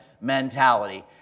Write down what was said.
mentality